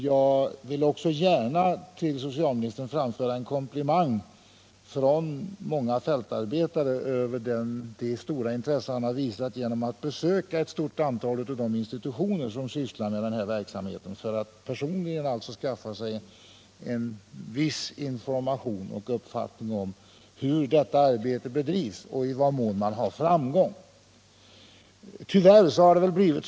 Jag vill också gärna till socialministern framföra en komplimang från många fältarbetare för det stora intresse han har visat genom att besöka en lång rad institutioner som sysslar med denna verksamhet, för att personligen skaffa sig viss information om hur deras arbete bedrivs och bilda sig en uppfattning om i vad mån det har någon framgång.